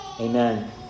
Amen